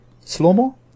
Slow-mo